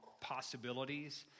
possibilities